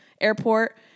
airport